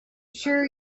sure